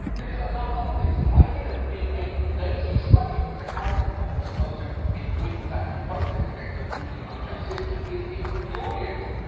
because among other things, the idea that being a lazy slave, was a character flaw, as opposed to, a frequent act of protest against a brutally unjust system, is infuriating.